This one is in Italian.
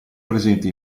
presenti